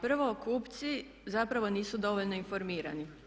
Prvo kupci zapravo nisu dovoljno informirani.